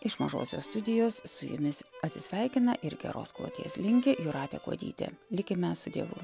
iš mažosios studijos su jumis atsisveikina ir geros kloties linki jūratė kuodytė likime su dievu